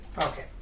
Okay